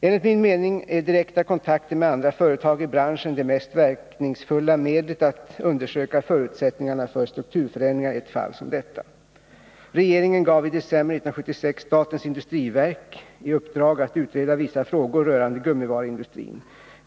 Enligt min mening är direkta kontakter med andra företag i branschen det mest verkningsfulla medlet när det gäller att undersöka förutsättningarna för strukturförändringar i ett fall som detta. Regeringen gav i december 1976 statens industriverk i uppdrag att utreda vissa frågor rörande gummivaruindustrin.